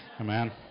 Amen